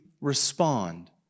respond